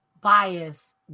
bias